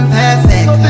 perfect